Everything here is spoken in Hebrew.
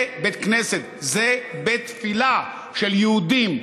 זה בית כנסת, זה בית תפילה של יהודים.